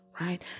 right